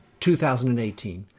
2018